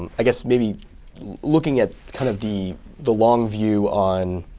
i guess, maybe looking at kind of the the long view on